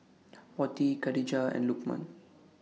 Wati Khadija and Lukman